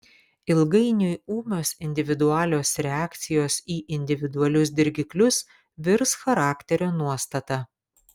ilgainiui ūmios individualios reakcijos į individualius dirgiklius virs charakterio nuostata